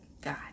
God